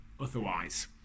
otherwise